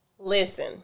Listen